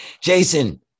Jason